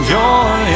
joy